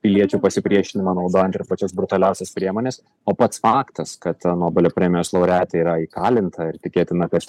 piliečių pasipriešinimą naudojant ir pačias brutaliausias priemones o pats faktas kad nobelio premijos laureatė yra įkalinta ir tikėtina kad